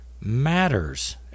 matters